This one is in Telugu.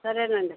సరేనండి